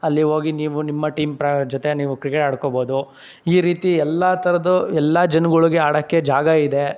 ಅಲ್ಲಿ ಹೋಗಿ ನೀವು ನಿಮ್ಮ ಟೀಮ್ ಪ್ರ ಜೊತೆ ನೀವು ಕ್ರಿಕೆಟ್ ಆಡ್ಕೋಬೋದು ಈ ರೀತಿ ಎಲ್ಲ ಥರದ್ದು ಎಲ್ಲ ಜನ್ಗಳಿಗೆ ಆಡೋಕ್ಕೆ ಜಾಗ ಇದೆ